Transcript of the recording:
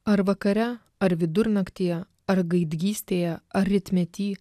ar vakare ar vidurnaktyje ar gaidgystėje ar rytmety